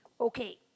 Okay